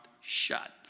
shut